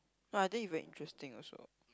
no I think it very interesting also